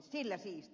sillä siisti